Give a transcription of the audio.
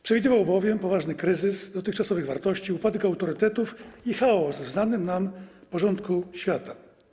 Przewidywał bowiem poważny kryzys dotychczasowych wartości, upadek autorytetów i chaos w znanym nam porządku świata.